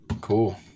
Cool